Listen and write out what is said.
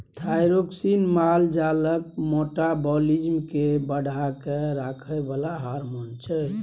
thyroxine माल जालक metabolism केँ बढ़ा कए राखय बला हार्मोन छै